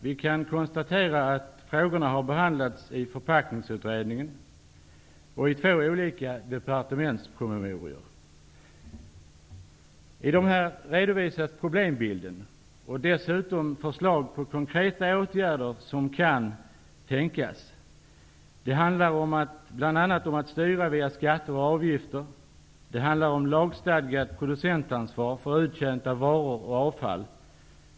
Vi kan konstatera att frågorna har behandlats i förpackningsutredningen och i två olika departementspromemorior. I dessa har problembilden redovisats, och man har kommit med förslag på konkreta åtgärder.